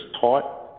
taught